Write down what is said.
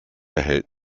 erhält